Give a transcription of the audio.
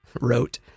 wrote